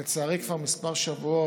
מגישים הצעת חוק ולצערי כבר כמה שבועות,